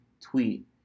tweet